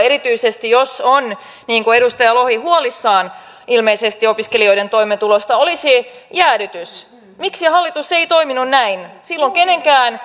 erityisesti jos on niin kuin edustaja lohi huolissaan ilmeisesti opiskelijoiden toimeentulosta olisi jäädytys miksi hallitus ei toiminut näin silloin kenenkään